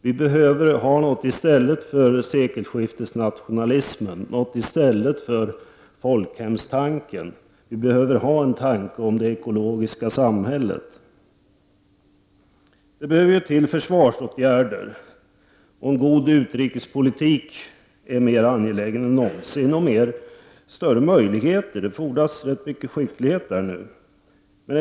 Vi behöver ha något i stället för sekelskiftesnationalismen, något i stället för folkhemstanken. Vi behöver ha en tanke om det ekologiska samhället. Det måste till försvarsåtgärder, och en god utrikespolitik är mer angelägen än någonsin. Det finns nu större möjligheter, och det fordras därför större skicklighet på detta område.